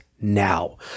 now